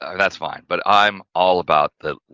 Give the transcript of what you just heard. that's fine but i'm all about that,